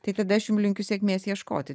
tai tada aš jums linkiu sėkmės ieškoti